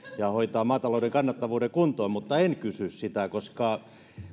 ja hoitaa maatalouden kannattavuuden kuntoon mutta en kysy sitä koska